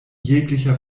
jeglicher